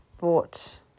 bought